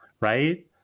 right